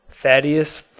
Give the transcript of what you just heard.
thaddeus